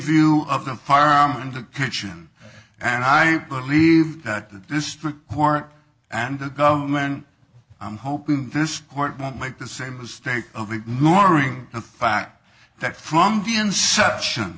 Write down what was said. view of the fire in the kitchen and i believe that this war and the men i'm hoping this court might make the same mistake of ignoring the fact that from the inception